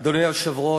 אדוני היושב-ראש,